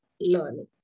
learning